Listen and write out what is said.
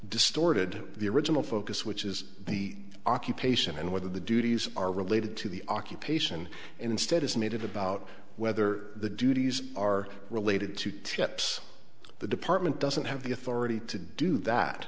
distorted the original focus which is the occupation and whether the duties are related to the occupation instead is made it about whether the duties are related to tips the department doesn't have the authority to do that